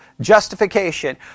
justification